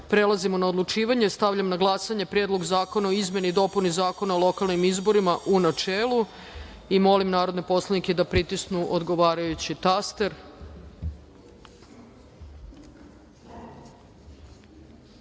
prelazimo na odlučivanje. Stavljam na glasanje Predlog zakona o izmenama i dopunama Zakona o lokalnim izborima, u načelu. Molim narodne poslanike da pritisnu odgovarajući